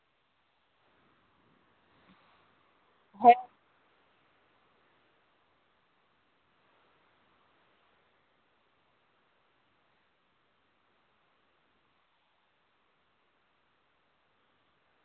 ᱦᱮᱸ